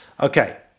Okay